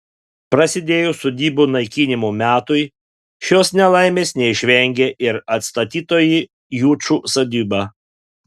prasidėjus sodybų naikinimo metui šios nelaimės neišvengė ir atstatytoji jučų sodyba